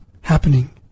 happening